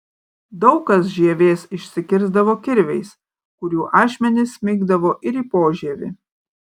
daug kas žievės išsikirsdavo kirviais kurių ašmenys smigdavo ir į požievį